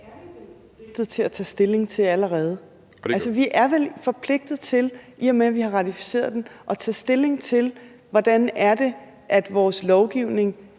vi vel forpligtet til at tage stilling til allerede. Vi er vel forpligtet til, i og med at vi har ratificeret den, at tage stilling til, hvordan vores lovgivning